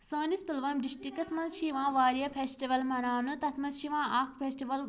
سٲنَس Pulwama districts منٛز چھِ یوان واریاہ فیٚسٹِوَل مناونہٕ تَتھ منٛز چھُ یوان اَکھ فیٚسٹِوَل